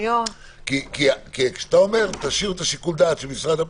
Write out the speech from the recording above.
כי כשאתה אומר: תשאירו את שיקול הדעת למשרד הפנים,